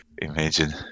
Imagine